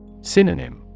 Synonym